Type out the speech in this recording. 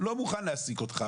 לא מוכן להעסיק אותך,